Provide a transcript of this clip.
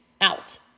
out